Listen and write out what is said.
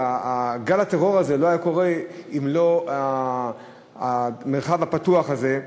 וגל הטרור הזה לא היה קורה אם לא המרחב הפתוח הזה,